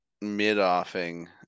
mid-offing